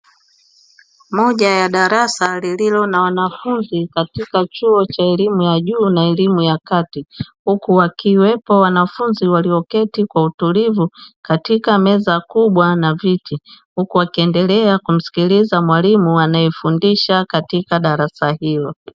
moja ya darasa lililo na wanafunzi katika chuo cha elimu ya juu na elimu ya kati. Huku wakiwepo wanafunzi walioketi kwa utulivu katika meza kubwa na viti huku wakiendelea kumsikiliza mwaimu anaefundisha katika darasa hilo.